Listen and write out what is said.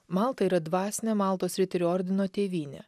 malta yra dvasinė maltos riterių ordino tėvynė